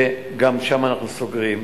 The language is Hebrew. וגם שם אנחנו סוגרים.